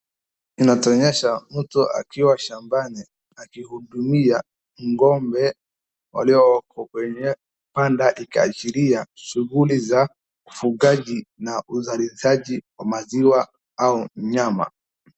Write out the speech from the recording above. Inatuonyesha mtu akiwa shambani akihudumia ng'ombe walio kwenye banda ikiashiria shughuli za ufugaji na uzalishaji wa maziwa au nyama.